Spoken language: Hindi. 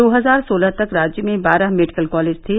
दो हजार सोलह तक राज्य में बारह मेडिकल कॉलेज थे